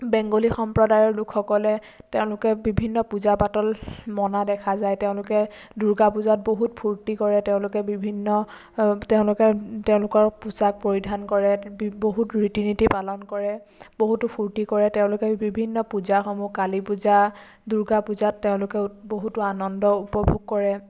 বেংগলী সম্প্ৰদায়ৰ লোকসকলে তেওঁলোকে বিভিন্ন পূজা পাতল মনা দেখা যায় তেওঁলোকে দূৰ্গা পূজাত বহুত ফূৰ্টি কৰে তেওঁলোকে বিভিন্ন তেওঁলোকে তেওঁলোকৰ পোচাক পৰিধান কৰে বহুত ৰীতি নীতি পালন কৰে বহুতো ফূৰ্টি কৰে তেওঁলোকে বিভিন্ন পূজাসমূহ কালী পূজা দুৰ্গা পূজাত তেওঁলোকে বহুতো আনন্দ উপভোগ কৰে